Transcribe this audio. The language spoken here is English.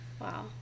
wow